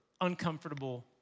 uncomfortable